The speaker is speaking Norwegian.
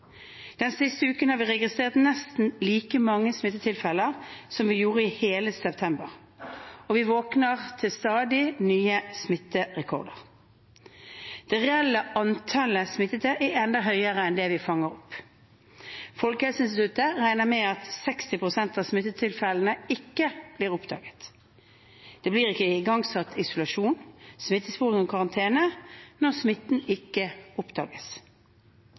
Den siste uken har vi registrert nesten like mange smittetilfeller som vi gjorde i hele september, og vi våkner til stadig nye smitterekorder. Det reelle antallet smittede er enda høyere enn det vi fanger opp. Folkehelseinstituttet regner med at 60 pst. av smittetilfellene ikke blir oppdaget. Det blir ikke igangsatt isolasjon, smittesporing og karantene når smitten ikke oppdages.